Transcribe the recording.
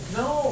no